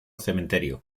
cementerio